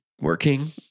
working